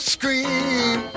scream